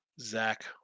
Zach